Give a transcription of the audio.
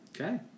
Okay